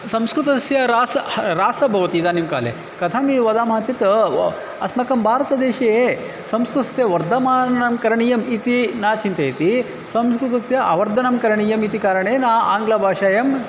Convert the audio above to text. संस्कृतस्य ह्रासः ह्रासः भवति इदानीं काले कथं वदामः चेत् वयं अस्माकं भारतदेशे संस्कृतस्य वर्धनं करणीयम् इति न चिन्तयति संस्कृतस्य अवर्धनं करणीयम् इति कारणेन आङ्ग्लभाषायां